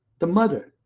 the mother,